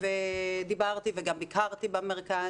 דיברתי וגם ביקרתי במרכז,